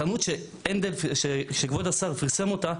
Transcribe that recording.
החנות שכבוד השר פרסם אותה,